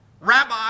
Rabbi